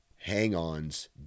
Hang-ons